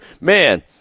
man